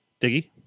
diggy